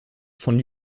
von